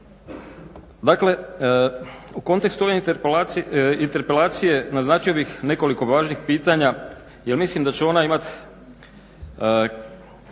Dakle, u kontekstu ove interpelacije naznačio bih nekoliko važnih pitanja jel mislim da će ona imat